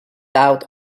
out